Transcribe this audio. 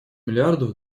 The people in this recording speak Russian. миллиардов